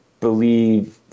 believe